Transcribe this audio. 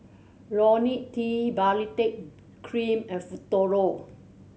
Ionil T Baritex Cream and Futuro